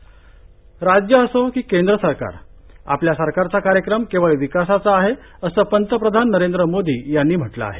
मोदीः राज्य असो की केंद्र सरकार आपल्या सरकारचा कार्यक्रम केवळ विकासाचा आहे असं पंतप्रधान नरेंद्र मोदी यांनी म्हटलं आहे